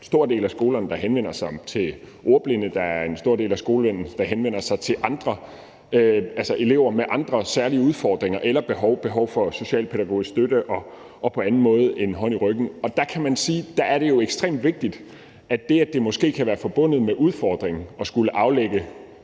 stor del af skolerne, der henvender sig til ordblinde, og der er en stor del af skolerne, der henvender sig til elever med andre særlige udfordringer eller behov – behov for socialpædagogisk støtte og på anden måde en hånd i ryggen. Og der kan man sige, at det jo er ekstremt vigtigt, at det, at det måske kan være forbundet med udfordringer at skulle aflægge